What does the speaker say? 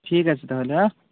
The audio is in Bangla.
ঠিক আছে তাহলে হ্যাঁ